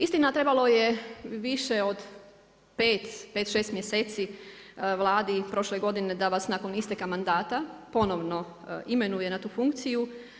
Istina, trebalo je više od 5, 6 mjeseci Vladi prošle godine da vas nakon isteka mandata ponovno imenuje na tu funkciju.